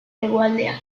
hegoaldean